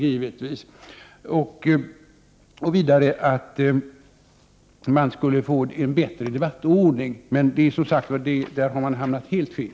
Vidare var tanken att man skulle få en bättre debattordning, men där har man också hamnat helt fel.